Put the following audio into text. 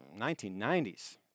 1990s